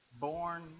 born